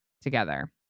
together